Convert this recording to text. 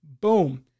Boom